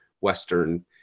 western